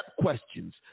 questions